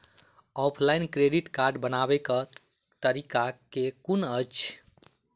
Offline credit card बनाबै केँ तरीका केँ कुन अछि?